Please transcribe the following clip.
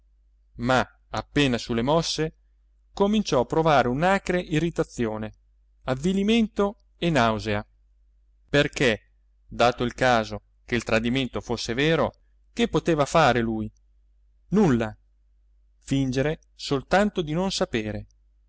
ma appena sulle mosse cominciò a provare un'acre irritazione avvilimento e nausea perché dato il caso che il tradimento fosse vero che poteva far lui nulla fingere soltanto di non sapere